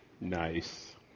nice